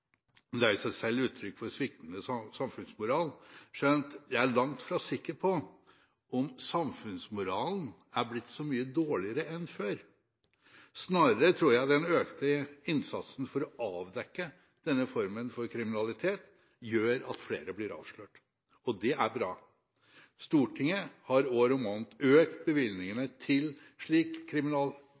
Det er i seg selv uttrykk for sviktende samfunnsmoral, skjønt jeg er langt fra sikker på om samfunnsmoralen er blitt så mye dårligere enn før. Snarere tror jeg at den økte innsatsen for å avdekke denne formen for kriminalitet gjør at flere blir avslørt. Og det er bra. Stortinget har år om annet økt bevilgningene til slik